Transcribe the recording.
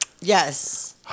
Yes